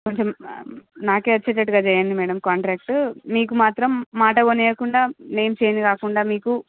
కొంచెం నాకే వచ్చేటట్టుగా చేయండి మ్యాడం కాంట్రాక్ట్ మీకు మాత్రం మాట పోనీయకుండా నేమ్ చేంజ్ కాకుండా మీకు